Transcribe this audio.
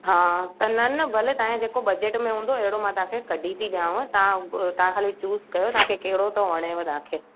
हा त न न भले तव्हांजे जेको बजट में हूंदो अहिड़ो मां तव्हांखे कढी थी ॾेयांव तव्हां ब तव्हां ख़ाली चूज़ कयो तव्हांखे कहिड़ो थो वणेव तव्हांखे